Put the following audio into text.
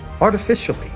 artificially